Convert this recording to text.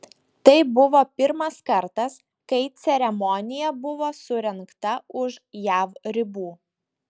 tai buvo pirmas kartas kai ceremonija buvo surengta už jav ribų